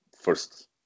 first